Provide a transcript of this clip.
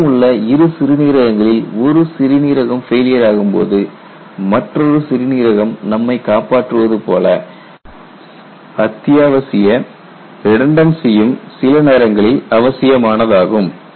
நம்மிடம் உள்ள இரு சிறுநீரகங்களில் ஒரு சிறுநீரகம் ஃபெயிலியர் ஆகும் போது மற்றொரு சிறுநீரகம் நம்மை காப்பாற்றுவது போல அத்தியாவசிய ரிடெண்டன்ஸியும் சில நேரங்களில் அவசியமானதாகும்